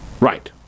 Right